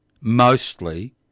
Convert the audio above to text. mostly